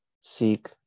seek